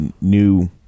new